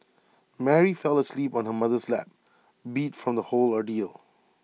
Mary fell asleep on her mother's lap beat from the whole ordeal